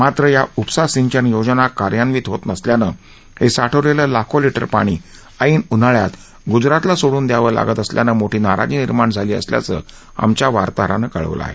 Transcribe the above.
मात्र या उपसा सिंचन योजना कार्यन्वित होत नसल्यानं हे साठवलेलं लाखो लीटर पाणी ऐन उन्हाळ्यात गुजरातला सोडून द्यावं लागत असल्यानं मोठी नाराजी निर्माण झाली असल्याचं आमच्या वार्ताहरानं कळवलं आहे